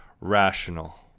rational